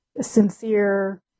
sincere